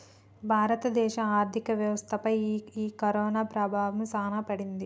భారత దేశ ఆర్థిక వ్యవస్థ పై ఈ కరోనా ప్రభావం సాన పడింది